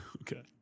Okay